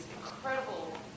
incredible –